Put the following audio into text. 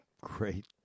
great